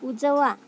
उजवा